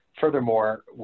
furthermore